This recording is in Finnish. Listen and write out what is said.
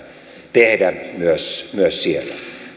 tehdä myös myös siellä